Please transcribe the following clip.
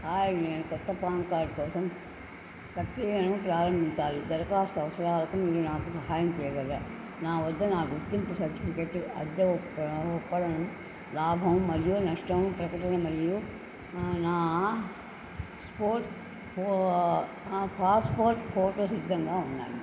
hi నేను కొత్త PAN card కోసం ప్రక్రియను ప్రారంభించాలి దరఖాస్తు అవసరాలకు మీరు నాకు సహాయం చెయ్యగలరా నా వద్ద నా గుర్తింపు సర్టిఫికేట్టు అద్దె ఒప్పా ఒప్పదం లాభం మరియు నష్టం ప్రకటన మరియు నా స్పోట్ పాస్పోర్ట్ ఫోటో సిద్ధంగా ఉన్నాయి